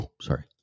sorry